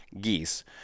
geese